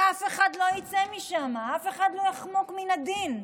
שאף אחד לא יצא משם, אף אחד לא יחמוק מן הדין.